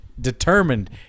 determined